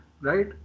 right